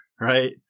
right